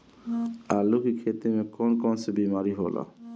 आलू की खेती में कौन कौन सी बीमारी होला?